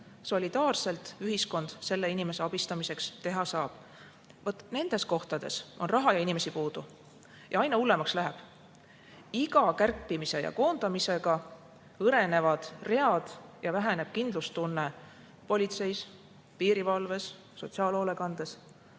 solidaarselt ühiskond selle inimese abistamiseks teha saab. Nendes kohtades on raha ja inimesi puudu. Ja aina hullemaks läheb. Iga kärpimise ja koondamisega hõrenevad read ja väheneb kindlustunne politseis, piirivalves, sotsiaalhoolekandes